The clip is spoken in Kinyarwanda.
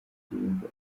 ndirimbo